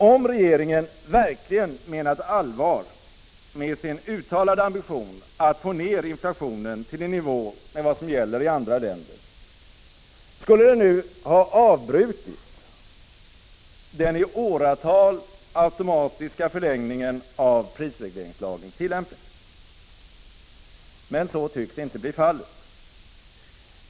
Om regeringen verkligen hade menat allvar med sin uttalade ambition att få ned inflationen till i nivå med vad som gäller i andra länder, skulle den nu ha ävbrutit den i åratal automatiska förlängningen av prisregleringslagens tillämpning. Så tycks inte bli fallet.